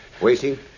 Waiting